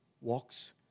walks